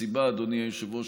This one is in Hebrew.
אדוני היושב-ראש,